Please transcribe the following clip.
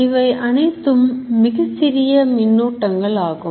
இவை அனைத்தும் மிகச்சிறிய மின்னூட்டங்கள் ஆகும்